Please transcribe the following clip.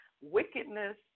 wickedness